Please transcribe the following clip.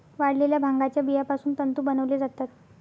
वाळलेल्या भांगाच्या बियापासून तंतू बनवले जातात